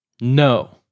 no